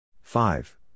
Five